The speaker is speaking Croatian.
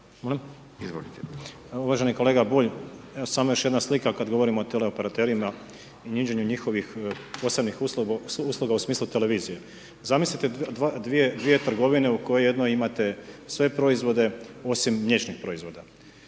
Uvaženi kolega Bulj, evo samo još jedna slika kada govorimo o teleoperaterima i .../Govornik se ne razumije./... njihovih posebnih usluga u smislu televizije. Zamislite dvije trgovine u kojoj jednoj imate sve proizvode osim mliječnih proizvoda.